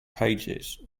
pages